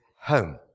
home